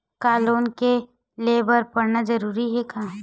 का लोन ले बर पढ़ना जरूरी हे का?